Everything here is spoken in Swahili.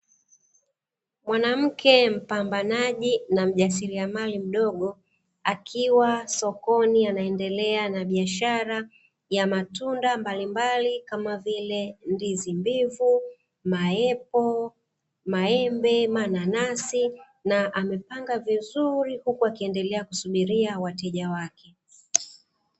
Mwanamke mpambanaji na mjasiriamali mdogo akiwa sokoni anaendelea na biashara ya matunda mbalimbali kama vile ndizi mbivu, maepo, maembe, mananasi na amepanga vizuri huku akiendelea kusubiria wateja wake.